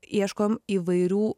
ieškojom įvairių